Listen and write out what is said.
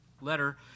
letter